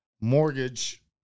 mortgage